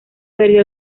perdió